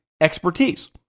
expertise